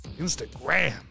Instagram